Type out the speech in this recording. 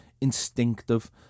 instinctive